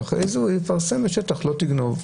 ואחרי זה הוא יפרסם לא תגנוב.